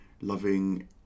loving